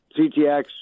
CTX